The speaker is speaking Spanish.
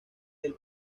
del